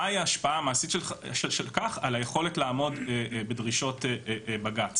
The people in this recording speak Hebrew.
מה היא ההשפעה המעשית של כך על היכולת לעמוד בדרישות בג"ץ?